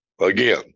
Again